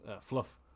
fluff